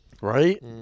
Right